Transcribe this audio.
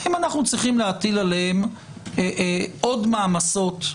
האם עלינו להטיל עליהם עוד מעמסות,